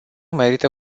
merită